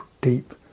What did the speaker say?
deep